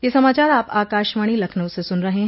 ब्रे क यह समाचार आप आकाशवाणी लखनऊ से सुन रहे हैं